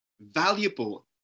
valuable